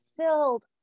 filled